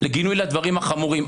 לגינוי לדברים החמורים,